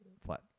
flat